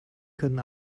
können